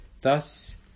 Thus